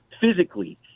physically